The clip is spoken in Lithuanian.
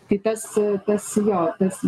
tai tas tas jo tas